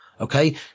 Okay